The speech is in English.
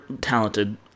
talented